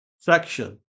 section